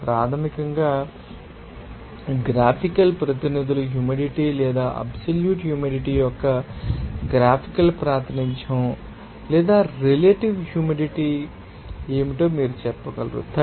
ఇది ప్రాథమికంగా గ్రాఫికల్ ప్రతినిధులు హ్యూమిడిటీ లేదా అబ్సల్యూట్ హ్యూమిడిటీ యొక్క గ్రాఫికల్ ప్రాతినిధ్యం లేదా రిలేటివ్ హ్యూమిడిటీ ఏమిటో మీరు చెప్పగలరా